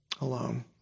alone